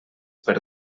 per